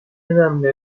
önemli